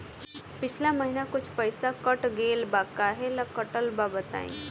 पिछला महीना कुछ पइसा कट गेल बा कहेला कटल बा बताईं?